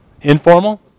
Informal